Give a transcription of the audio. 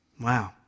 Wow